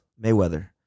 Mayweather